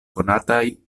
konataj